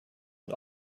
und